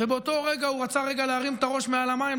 ובאותו רגע הוא רצה להרים את הראש מעל המים,